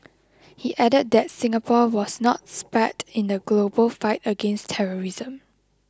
he added that Singapore was not spared in the global fight against terrorism